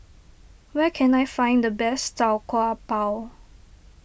where can I find the best Tau Kwa Pau